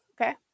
Okay